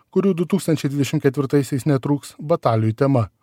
kurių du tūkstančiai dvidešim ketvirtaisiais netrūks batalijų tema